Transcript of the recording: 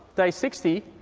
day sixty,